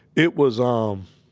it was, um.